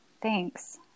Thanks